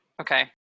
okay